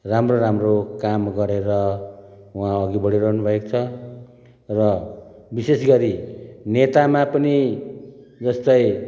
राम्रो राम्रो काम गरेर वहाँ अघि बढि रहनु भएको छ र विशेष गरी नेतामा पनि यस्तै